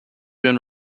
been